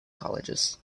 colleges